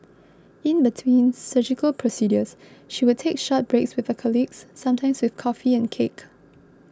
in between surgical procedures she would take short breaks with a colleagues sometimes with coffee and cake